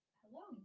hello